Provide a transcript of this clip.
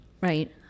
Right